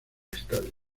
estadio